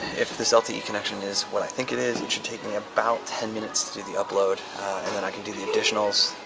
if this lte connection connection is what i think it is, it should take me about ten minutes to do the upload and then i can do the additionals,